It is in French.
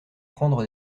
prendre